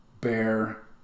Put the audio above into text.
bear